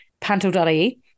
Panto.ie